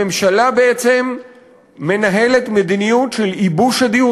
הממשלה בעצם מנהלת מדיניות של ייבוש הדיור